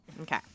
Okay